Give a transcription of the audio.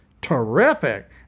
Terrific